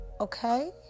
okay